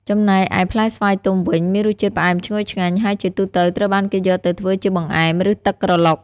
ចំណែកឯផ្លែស្វាយទុំវិញ មានរសជាតិផ្អែមឈ្ងុយឆ្ងាញ់ ហើយជាទូទៅត្រូវបានគេយកទៅធ្វើជាបង្អែម ឬទឹកក្រឡុក។